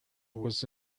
was